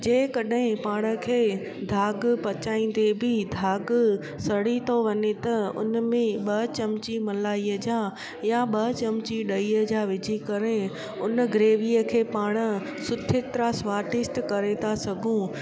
जेकॾहिं पाण खे दाग़ पचाईंदे बि दाग़ु सड़ी थो वञे त उन में ॿ चमची मलाईअ जा या ॿ चमची ॾहीअ आ विझी करे उन ग्रेवीअ खे पाण सुठे तरह स्वादिष्ट करे था सघूं